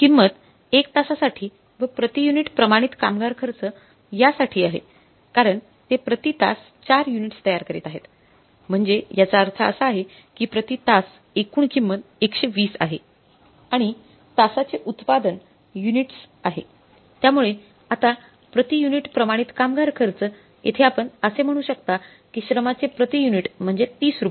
ही किंमत एक तासासाठी व प्रति युनिट प्रमाणित कामगार खर्च यासाठी आहे कारण ते प्रति तास 4 युनिट्स तयार करीत आहेत म्हणजे याचा अर्थ असा आहे की प्रति तास एकूण किंमत १२० आहे आणि तासाचे उत्पादन युनिट्स आहे त्यामुळे आता प्रति युनिट प्रमाणित कामगार खर्च येथे आपण असे म्हणू शकता की श्रमाचे प्रति युनिट म्हणजे 30 रु